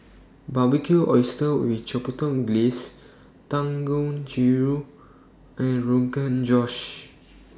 Barbecued Oysters with Chipotle Glaze Dangojiru and Rogan Josh